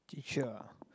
teacher ah